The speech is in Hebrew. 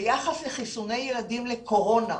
ביחס לחיסוני ילדים לקורונה,